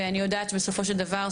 ואני יודעת שבסופו של דבר,